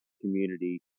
community